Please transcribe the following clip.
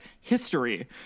history